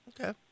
okay